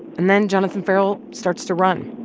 and then jonathan ferrell starts to run.